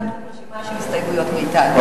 קיבלתם רשימה של הסתייגויות מאתנו.